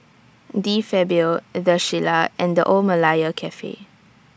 De Fabio The Shilla and The Old Malaya Cafe